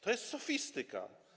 To jest sofistyka.